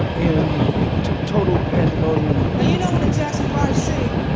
and and total pandemonium you know when the jackson five sing,